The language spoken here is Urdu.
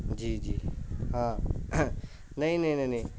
جی جی ہاں نہیں نہیں نہیں نہیں